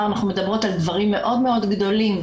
אנחנו מדברות על דברים מאוד גדולים,